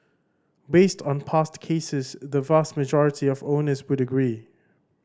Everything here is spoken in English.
based on past cases the vast majority of owners would agree